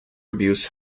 abuse